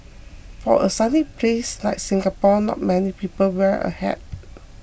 for a sunny place like Singapore not many people wear a hat